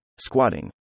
squatting